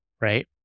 right